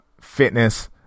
fitness